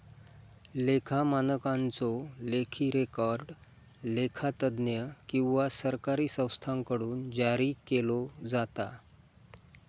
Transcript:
लेखा मानकांचो लेखी रेकॉर्ड लेखा तज्ञ किंवा सरकारी संस्थांकडुन जारी केलो जाता